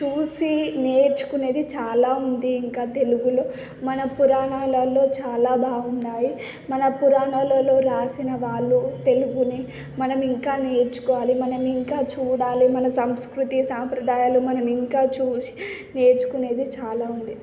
చూసి నేర్చుకునేది చాలా ఉంది ఇంకా తెలుగులో మన పురాణాలలో చాలా బాగున్నాయి మన పురాణాలలో రాసిన వాళ్ళు తెలుగుని మనం ఇంకా నేర్చుకోవాలి మనం ఇంకా చూడాలి మన సంస్కృతి సాంప్రదాయాలు మనం ఇంకా చూసి నేర్చుకునేది చాలా ఉంది